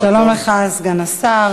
שלום לך, סגן השר.